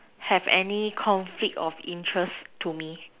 have any conflict of interest to me